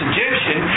Egyptian